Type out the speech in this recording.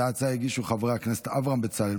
את ההצעות הגישו חברי הכנסת אברהם בצלאל,